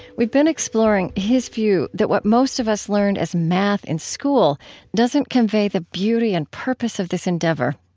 we've been exploring his view that what most of us learned as math in school doesn't convey the beauty and purpose of this endeavor.